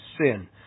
sin